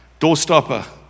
doorstopper